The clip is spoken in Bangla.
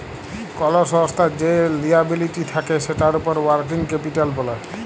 কল সংস্থার যে লিয়াবিলিটি থাক্যে সেটার উপর ওয়ার্কিং ক্যাপিটাল ব্যলে